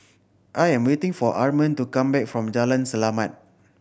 I am waiting for Armond to come back from Jalan Selamat